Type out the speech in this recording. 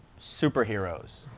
superheroes